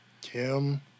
Kim